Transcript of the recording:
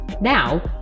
Now